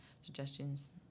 suggestions